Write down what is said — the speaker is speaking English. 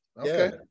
Okay